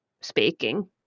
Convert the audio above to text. speaking